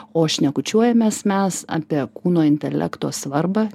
o šnekučiuojamės mes apie kūno intelekto svarbą